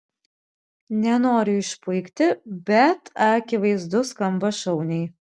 nenoriu išpuikti bet akivaizdu skamba šauniai